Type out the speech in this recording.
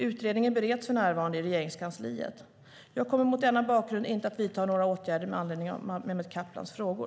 Utredningen bereds för närvarande i Regeringskansliet. Jag kommer mot denna bakgrund inte att vidta några åtgärder med anledning av Mehmet Kaplans frågor.